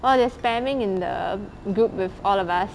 oh they're spamming in the group with all of us